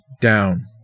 down